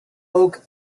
oak